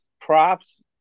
props